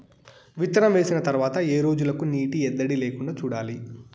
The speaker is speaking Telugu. విత్తనం వేసిన తర్వాత ఏ రోజులకు నీటి ఎద్దడి లేకుండా చూడాలి?